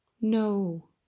no